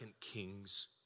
Kings